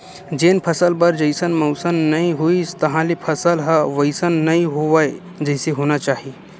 जेन फसल बर जइसन मउसम नइ होइस तहाँले फसल ह वइसन नइ होवय जइसे होना चाही